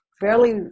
fairly